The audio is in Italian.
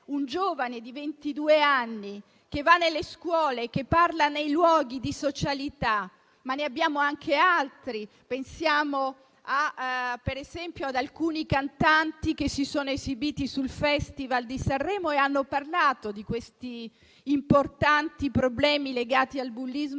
un giovane di ventidue anni che va nelle scuole e parla nei luoghi di socialità. Ma ne abbiamo anche altri: pensiamo per esempio ad alcuni cantanti che si sono esibiti al Festival di Sanremo e hanno parlato degli importanti problemi legati al bullismo